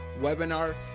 webinar